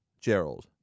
Gerald